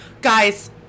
guys